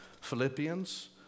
Philippians